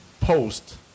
post